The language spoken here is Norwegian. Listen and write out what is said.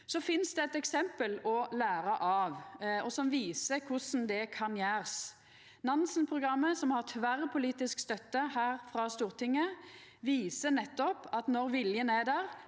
Det finst eit eksempel å læra av som viser korleis det kan gjerast. Nansen-programmet, som har tverrpolitisk støtte her frå Stortinget, viser nettopp at når viljen er der,